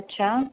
अच्छा